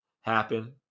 happen